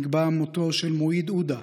נקבע מותו של מואיד עודה,